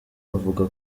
avuga